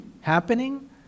happening